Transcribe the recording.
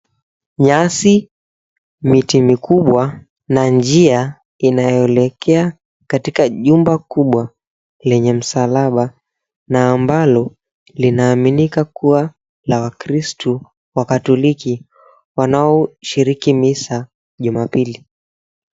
Nyasi, miti mikubwa na njia inayoelekea katika jumba kubwa lenye msalaba na ambalo linaaminika kuwa la wakristu wakatoliki wanaoshiriki misa jumapili.